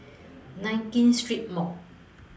Nankin Street Mall